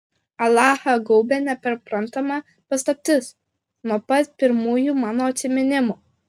alachą gaubė neperprantama paslaptis nuo pat pirmųjų mano atsiminimų